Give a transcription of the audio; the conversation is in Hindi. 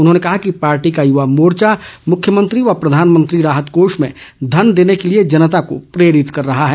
उन्होंने कहा कि पार्टी का युवा मोर्चा मुख्यमंत्री व प्रधानमंत्री राहत कोष में धन देने के लिए जनता को प्रेरित कर रहा है